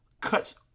cuts